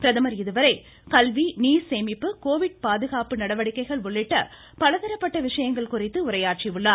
பிரதமர் இதுவரை கல்வி நீர்சேமிப்பு கோவிட் பாதுகாப்பு நடவடிக்கைகள் உள்ளிட்ட பலதரப்பட்ட விஷயங்கள் குறித்து உரையாற்றியுள்ளார்